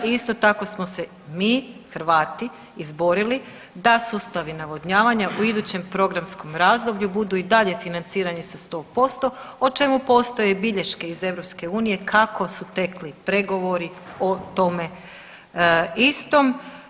I isto tako smo se mi Hrvati izborili da sustavi navodnjavanja u idućem programskom razdoblju budu i dalje financirani sa 100% o čemu postoje bilješke iz EU kako su tekli pregovori o tome istom.